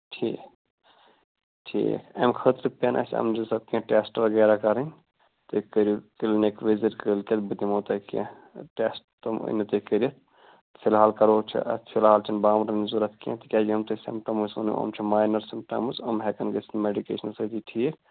ٹھیٖک ٹھیٖک اَمہِ خٲطرٕ پٮ۪ن اَسہِ اَمہِ حِسابہٕ کیٚنٛہہ ٹیٚسٹہٕ وغیرہ کَرٕنۍ تُہۍ کٔرِو تیٚلہِ کِلینِک وِزِٹ کٲلۍ کٮ۪تھ بہٕ دِمہو تۄہہِ کیٚنٚہہ ٹیٚسٹ تِم یِنِو تُہۍ کٔرِتھ فِلحال کٔرِو فِلحال چھےٚ نہٕ بامبرٕنٕچ ضروٗرت کیٚنٛہہ تِکیٛازِ یِم تۅہہِ سِمٹمٕز ٲسۍ نا یِم چھِ ماینر سِمٹمٕز یِم ہٮ۪کن گٔژھِتھ میڈِکیشنہٕ سۭتی ٹھیٖک